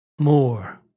more